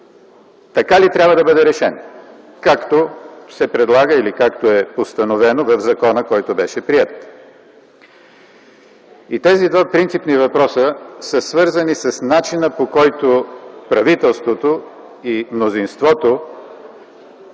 така ли трябва да бъде решен, както се предлага или както е постановено в закона, който беше приет? Тези два принципни въпроса са свързани с начина, по който правителството и мнозинството